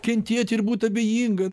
kentėti ir būt abejinga